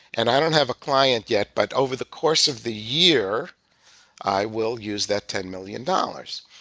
and i don't have a client yet, but over the course of the year i will use that ten million dollars.